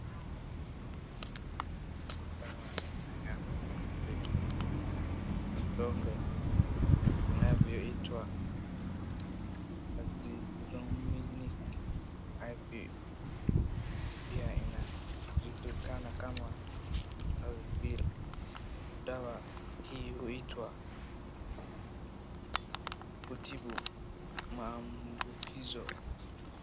Dawa aina ya vidonge vinavyoitwa Azithromycin IP pia inajulikana kama Azibill . Dawa hii huitwa kutibu maambukizo.